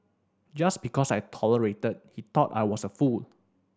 just because I tolerated he thought I was a fool